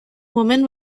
woman